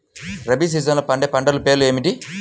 రబీ సీజన్లో పండే పంటల పేర్లు ఏమిటి?